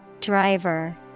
Driver